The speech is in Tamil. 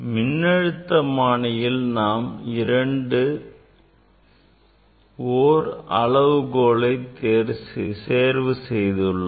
மின்னழுத்தமானியில் நாம் இரண்டு வோல்ட் அளவுகோலை தேர்வு செய்துள்ளோம்